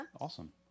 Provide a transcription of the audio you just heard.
Awesome